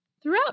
Throughout